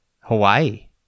Hawaii